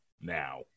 now